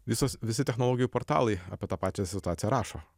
visas visi technologijų portalai apie tą pačią situaciją rašo